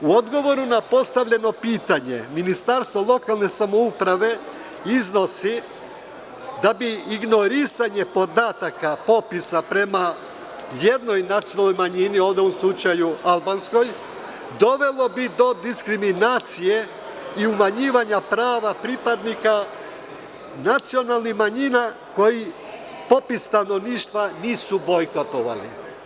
U odgovoru na postavljeno pitanje, Ministarstvo lokalne samouprave iznosi da bi ignorisanje podataka popisa prema jednoj nacionalnoj manjini, ovde u ovom slučaju albanskoj, dovelo do diskriminacije i umanjivanja prava pripadnika nacionalnih manjina koji popis stanovništva nisu bojkotovali.